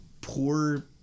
poor